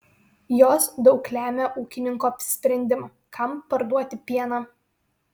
jos daug lemia ūkininko apsisprendimą kam parduoti pieną